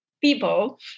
people